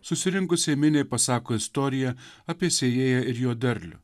susirinkusiai miniai pasako istoriją apie sėjėją ir jo derlių